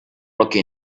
rocky